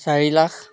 চাৰি লাখ